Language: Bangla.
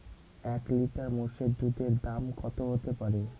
এক লিটার মোষের দুধের দাম কত হতেপারে?